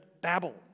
babble